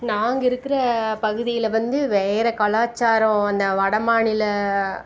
நாங்கள் இருக்கிற பகுதியில் வந்து வேறு கலாச்சாரம் அந்த வடமாநில